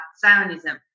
Zionism